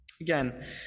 Again